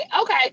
Okay